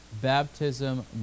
baptism